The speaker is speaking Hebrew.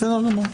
בסדר גמור.